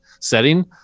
setting